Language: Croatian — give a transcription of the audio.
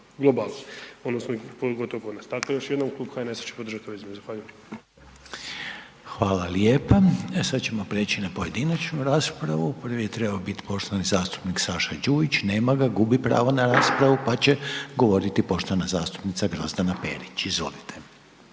HNS-a će podržati ove izmjene. Zahvaljujem. **Reiner, Željko (HDZ)** Hvala lijepa. Sada ćemo prijeći na pojedinačnu raspravu. Prvi je trebao biti poštovani zastupnik Saša Đujić, nema ga, gubi pravo na raspravu. Pa će govoriti poštovana zastupnica Grozdana Perić. Izvolite.